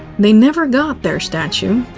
they never got their statue.